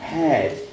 head